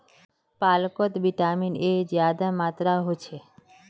पालकोत vitamin A ज्यादा मात्रात होछे